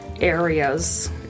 areas